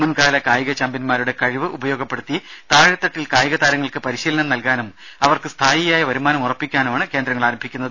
മുൻകാല കായിക ചാംപ്യൻമാരുടെ കഴിവ് ഉപയോഗപ്പെടുത്തി താഴെത്തട്ടിൽ കായിക താരങ്ങൾക്ക് പരിശീലനം നൽകാനും അവർക്ക് സ്ഥായിയായ വരുമാനം ഉറപ്പാക്കാനുമാണ് കേന്ദ്രങ്ങൾ ആരംഭിക്കുന്നത്